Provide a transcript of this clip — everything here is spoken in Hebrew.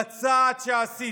בצעד שעשיתם.